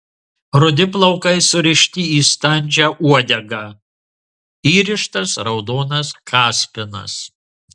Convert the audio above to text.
rudi plaukai surišti į standžią uodegą įrištas raudonas kaspinas